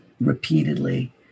repeatedly